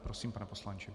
Prosím, pane poslanče.